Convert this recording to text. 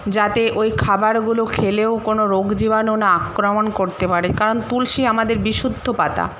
যাতে ওই খাবারগুলো খেলেও কোনো রোগ জীবাণু না আক্রমণ করতে পারে কারণ তুলসী আমাদের বিশুদ্ধ পাতা